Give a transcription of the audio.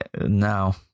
No